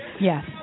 Yes